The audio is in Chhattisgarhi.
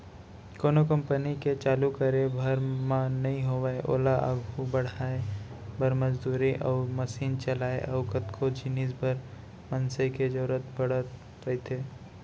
कोनो कंपनी के चालू करे भर म नइ होवय ओला आघू बड़हाय बर, मजदूरी अउ मसीन चलइया अउ कतको जिनिस बर मनसे के जरुरत पड़त रहिथे